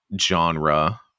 genre